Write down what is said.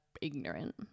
ignorant